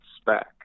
spec